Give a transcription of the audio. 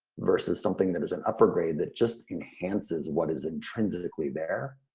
versus something that is an upper grade that just enhances what is intrinsically there.